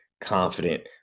confident